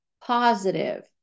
positive